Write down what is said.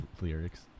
lyrics